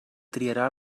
triarà